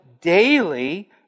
daily